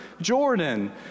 Jordan